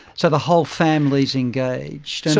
so the whole family is engaged. so